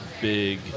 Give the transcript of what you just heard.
big